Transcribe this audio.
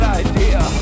idea